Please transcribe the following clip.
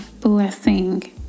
blessing